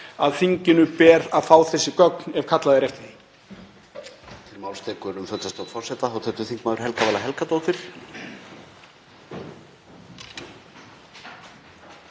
að þinginu ber að fá þessi gögn ef kallað er eftir því.